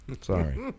Sorry